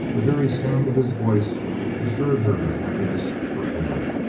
the very sound of his voice assured her of happiness forever.